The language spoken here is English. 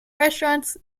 restaurants